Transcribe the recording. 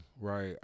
Right